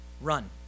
Run